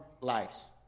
lives